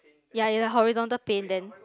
ya in the horizontal pane then